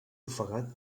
ofegat